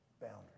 boundaries